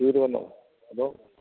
ചേരുന്നോ അതോ